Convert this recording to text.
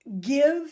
give